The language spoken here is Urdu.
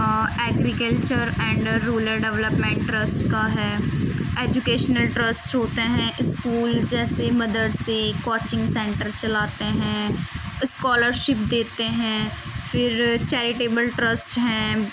agriculture and rural development trust کا ہے ایجوکیشنل ٹرسٹ ہوتے ہیں اسکول جیسے مدرسے کوچنگ سینٹر چلاتے ہیں اسکالرشپ دیتے ہیں پھر چیریٹیبل ٹرسٹ ہیں